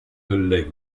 collègues